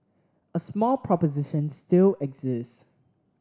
a small proposition still exists